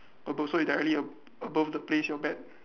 above so is directly above the place your bet